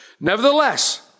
Nevertheless